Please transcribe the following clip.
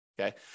okay